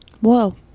Whoa